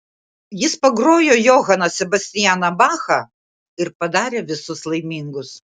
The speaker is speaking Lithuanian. jis pagrojo johaną sebastianą bachą ir padarė visus laimingus